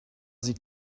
sie